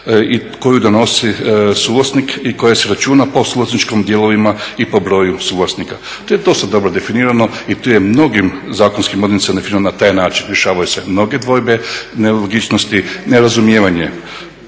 koju donosi suvlasnik i koja se računa po suvlasničkim dijelovima i po broju suvlasnika. To je dosta dobro definirano i to je u mnogim zakonskim … definirano na taj način, rješavaju se mnoge dvojbe, nelogičnosti, nerazumijevanje.